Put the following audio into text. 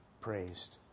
praised